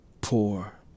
poor